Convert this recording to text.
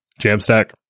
Jamstack